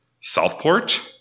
Southport